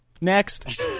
Next